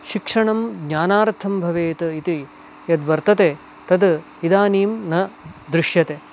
शिक्षणं ज्ञानार्थं भवेत् इति यद्वर्तते तत् इदानीं न दृश्यते